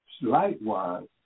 Likewise